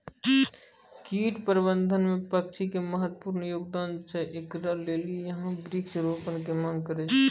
कीट प्रबंधन मे पक्षी के महत्वपूर्ण योगदान छैय, इकरे लेली यहाँ वृक्ष रोपण के मांग करेय छैय?